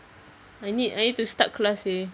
I need I need to start class seh